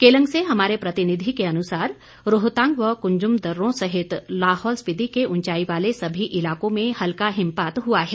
केलंग से हमारे प्रतिनिधि के अनुसार रोहतांग व कुंजुम दरों सहित लाहौल स्पिति के उंचाई वाले सभी इलाकों में हल्का हिमपात हुआ है